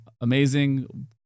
amazing